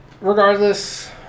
regardless